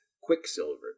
Quicksilver